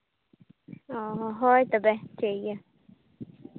ᱚ ᱦᱳᱭ ᱛᱚᱵᱮ ᱴᱷᱤᱠ ᱜᱮᱭᱟ